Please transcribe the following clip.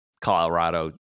colorado